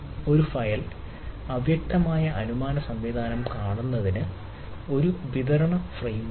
ഒരു ഫയൽ അവ്യക്തമായ അനുമാന സംവിധാനം കാണുന്നതിന് ഒരു വിതരണ ഫ്രെയിം വർക്ക് ഉണ്ട്